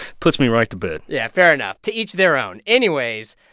puts me right to bed yeah, fair enough. to each their own. anyways,